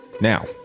Now